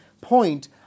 point